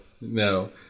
no